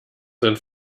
sind